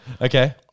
Okay